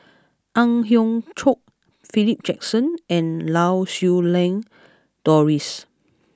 Ang Hiong Chiok Philip Jackson and Lau Siew Lang Doris